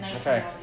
Okay